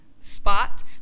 spot